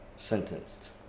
sentenced